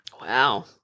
Wow